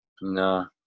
No